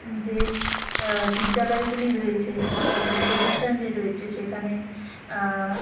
যে বিদ্যালয়গুলো রয়েছে সরকারি প্রতিষ্ঠান যে রয়েছে সেখানে